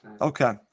Okay